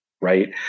Right